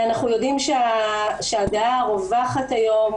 אנחנו יודעים שהדעה הרווחת היום,